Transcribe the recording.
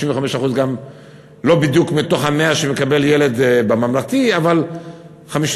55% לא בדיוק מתוך ה-100% שמקבל ילד בממלכתי אבל 55%,